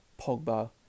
Pogba